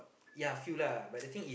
ya few lah but the thing is